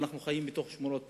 שאנחנו חיים בתוך שמורות טבע.